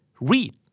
read